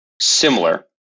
similar